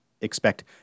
expect